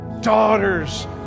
daughters